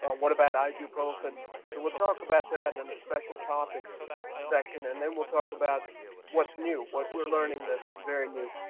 ah what about ibuprofen? so we'll talk about that in and a special topics section, and then we'll talk about what's new, what we're learning that's very new.